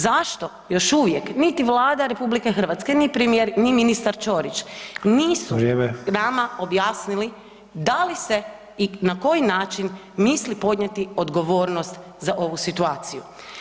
Zašto još uvijek niti Vlada RH, ni premijer, ni ministar Ćorić nisu nama objasnili [[Upadica: Vrijeme.]] da li se i na koji način misli podnijeti odgovornost za ovu situaciju.